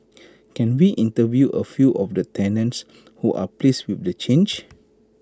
can we interview A few of the tenants who are pleased with the change